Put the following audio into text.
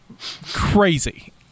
crazy